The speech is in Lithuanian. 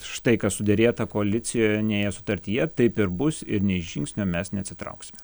štai kas suderėta koalicijojnėje sutartyje taip ir bus ir nei žingsnio mes neatsitrauksime